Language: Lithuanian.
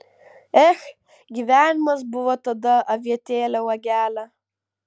ech gyvenimas buvo tada avietėle uogele